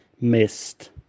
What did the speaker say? missed